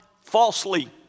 falsely